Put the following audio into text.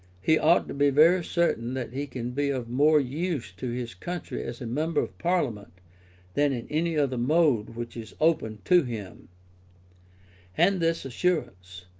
he ought to be very certain that he can be of more use to his country as a member of parliament than in any other mode which is open to him and this assurance,